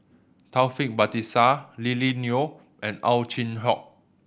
Taufik Batisah Lily Neo and Ow Chin Hock